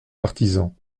partisans